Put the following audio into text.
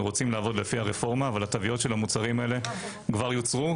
אנחנו רוצים לעבוד לפי הרפורמה אבל התוויות של המוצרים האלה כבר יוצרו,